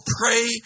pray